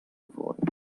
geworden